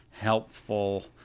helpful